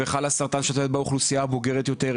׳חלאסרטן׳ של האוכלוסייה המבוגרת יותר,